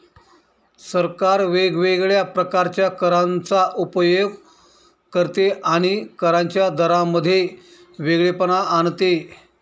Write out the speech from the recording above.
सरकार वेगवेगळ्या प्रकारच्या करांचा उपयोग करते आणि करांच्या दरांमध्ये वेगळेपणा आणते